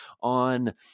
on